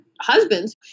husbands